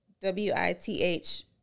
W-I-T-H